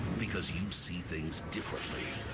because you see things differently.